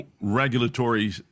regulatory